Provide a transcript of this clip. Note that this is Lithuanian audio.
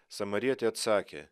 samarietė atsakė